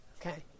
Okay